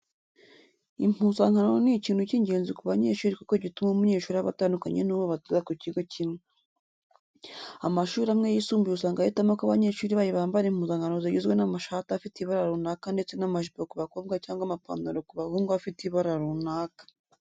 Impuzankano ni ikintu cy'ingenzi ku banyeshuri kuko gituma umunyeshuri aba atandukanye n'uwo batiga ku kigo kimwe. Amashuri amwe yisumbuye usanga ahitamo ko abanyeshuri bayo bambara impuzankano zigizwe n'amashati afite ibara runaka ndetse n'amajipo ku bakobwa cyangwa amapantaro ku bahungu afite ibara runaka.